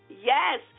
Yes